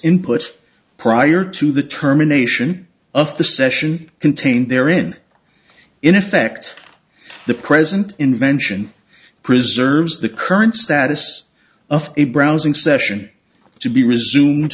input prior to the terminations of the session contained therein in effect the present invention preserves the current status of a browsing session to be resumed